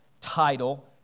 title